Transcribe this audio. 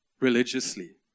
religiously